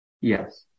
Yes